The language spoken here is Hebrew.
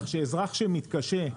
אזרח שמתקשה,